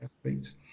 athletes